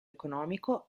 economico